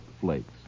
Flakes